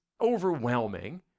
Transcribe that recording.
overwhelming